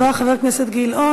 תודה רבה, חבר הכנסת גילאון.